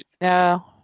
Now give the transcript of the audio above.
no